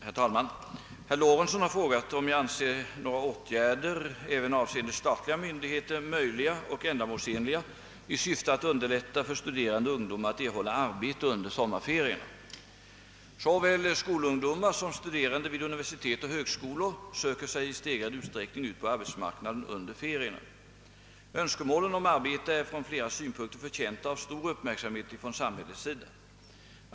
Herr talman! Herr Lorentzon har frågat, om jag anser några åtgärder, även avseende statliga myndigheter, möjliga och ändamålsenliga i syfte att underlätta för studerande ungdomar att erhålla arbete under sommarferierna. sig i stegrad utsträckning ut på arbetsmarknaden under ferierna. önskemålen om arbete är från flera synpunkter förtjänta av stor uppmärksamhet från samhällets sida.